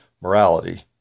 morality